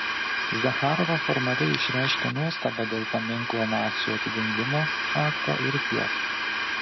zacharova formaliai išreiškė nuostabą dėl paminklo naciui atidengimo fakto ir tiek